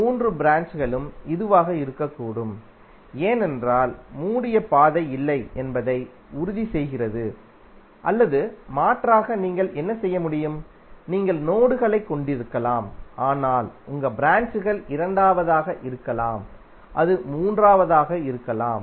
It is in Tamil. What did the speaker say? மூன்று ப்ராஞ்ச்களும் இதுவாக இருக்கக்கூடும் ஏனென்றால் மூடிய பாதை இல்லை என்பதை உறுதிசெய்கிறது அல்லது மாற்றாக நீங்கள் என்ன செய்ய முடியும் நீங்கள் நோடுகளைக் கொண்டிருக்கலாம் ஆனால் உங்கள் ப்ராஞ்ச்கள் இரண்டாவதாக இருக்கலாம் அது மூன்றாவதாக இருக்கலாம்